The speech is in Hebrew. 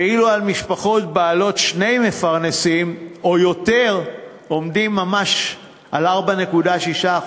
ואילו במשפחות בעלות שני מפרנסים או יותר עומדים ממש על 4.6%,